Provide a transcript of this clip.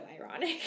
ironic